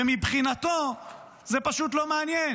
ומבחינתו זה פשוט לא מעניין,